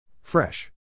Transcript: Fresh